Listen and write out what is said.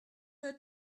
her